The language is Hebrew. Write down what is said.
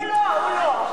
הוא לא, הוא לא.